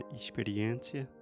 experiência